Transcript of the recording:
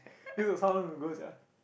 this was how long ago sia